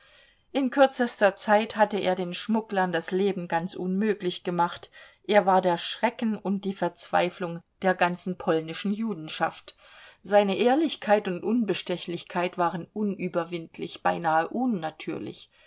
in kürzester zeit hatte er den schmugglern das leben ganz unmöglich gemacht er war der schrecken und die verzweiflung der ganzen polnischen judenschaft seine ehrlichkeit und unbestechlichkeit waren unüberwindlich beinahe unnatürlich